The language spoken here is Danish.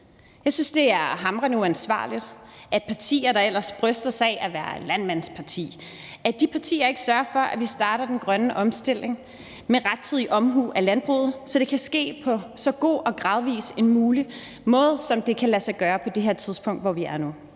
Jeg synes, det er hamrende uansvarligt, at partier, der ellers bryster sig at være et landmandsparti, ikke sørger for, at vi starter den grønne omstilling med rettidig omhu af landbruget, så det kan ske på så god og gradvis en måde, som det kan lad sig gøre på det her tidspunkt, hvor vi er nu.